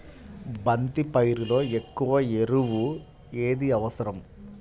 బంతి పైరులో ఎక్కువ ఎరువు ఏది అవసరం?